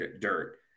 dirt